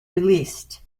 released